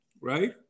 Right